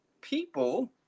people